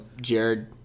Jared